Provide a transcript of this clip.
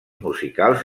musicals